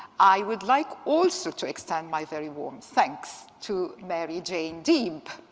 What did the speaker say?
i would like also to extend my very warm thanks to mary-jane deeb,